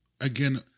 again